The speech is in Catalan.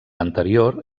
anterior